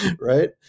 right